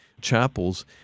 chapels